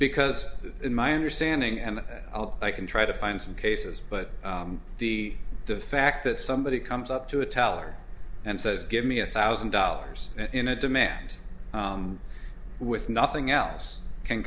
because in my understanding and i can try to find some cases but the the fact that somebody comes up to a towel and says give me a thousand dollars in a demand with nothing else can